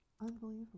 Unbelievable